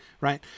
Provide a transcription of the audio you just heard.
Right